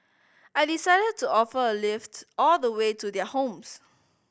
I decided to offer a lift all the way to their homes